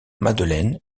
madeleine